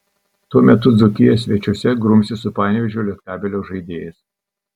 tuo metu dzūkija svečiuose grumsis su panevėžio lietkabelio žaidėjais